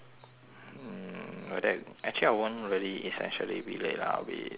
mm like that actually I won't really essentially be late lah I'll be seven o'clock